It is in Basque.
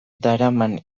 daraman